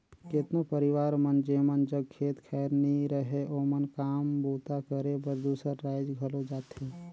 केतनो परिवार मन जेमन जग खेत खाएर नी रहें ओमन काम बूता करे बर दूसर राएज घलो जाथें